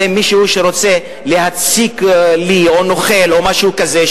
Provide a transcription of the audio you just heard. מישהו שרוצה להציק לי או נוכל או משהו כזה,